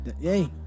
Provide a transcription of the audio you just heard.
yay